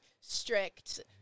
strict